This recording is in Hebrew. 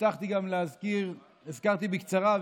הזכרתי בקצרה,